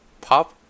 pop